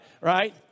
Right